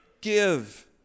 give